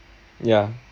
ya